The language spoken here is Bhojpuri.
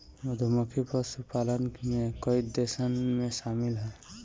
मधुमक्खी पशुपालन में कई देशन में शामिल ह